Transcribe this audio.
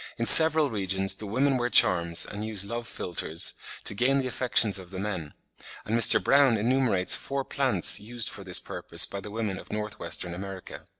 in several regions the women wear charms and use love-philters to gain the affections of the men and mr. brown enumerates four plants used for this purpose by the women of north-western america.